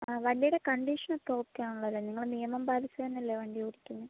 ആ വണ്ടിയുടെ കണ്ടീഷനൊക്കെ ഓക്കെ ആണല്ലൊ അല്ലേ നിങ്ങൾ നിയമം പാലിച്ചു തന്നെയല്ലെ വണ്ടിയോടിക്കുന്നത്